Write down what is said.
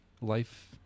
life